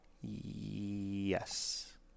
yes